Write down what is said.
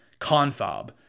CONFOB